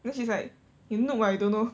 then she's like you noob ah you don't know